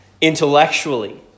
intellectually